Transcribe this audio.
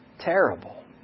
Terrible